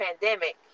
pandemic